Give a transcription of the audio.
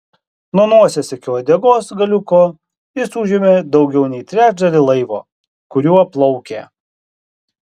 nuo nosies iki uodegos galiuko jis užėmė daugiau nei trečdalį laivo kuriuo plaukė